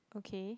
okay